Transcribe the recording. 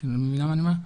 את מבינה מה אני אומר?